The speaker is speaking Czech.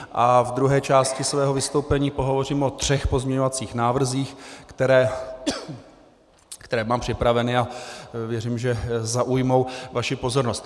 A v druhé části svého vystoupení pohovořím o třech pozměňovacích návrzích, které mám připraveny, a věřím, že zaujmou vaši pozornost.